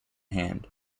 hand